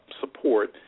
support